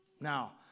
Now